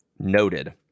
noted